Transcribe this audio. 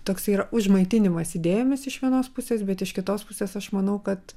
toks yra užmaitinimas idėjomis iš vienos pusės bet iš kitos pusės aš manau kad